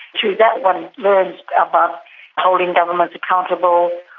through that, one learns about holding governments accountable,